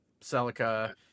Celica